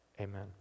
Amen